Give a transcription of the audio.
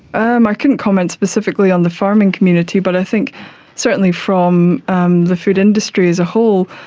um i couldn't comment specifically on the farming community but i think certainly from um the food industry as a whole,